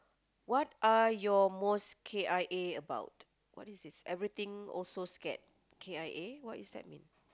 what are your most K_I_A about what is this everything also scared K_I_A what is that mean